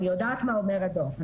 אני יודעת מה אומר הדו"ח.